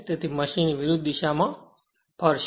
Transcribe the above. તેથી મશીન વિરુદ્ધ દિશામાં ફરશે